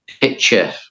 picture